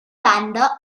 banda